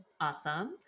Awesome